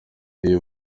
iyo